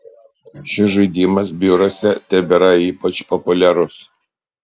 šis žaidimas biuruose tebėra ypač populiarus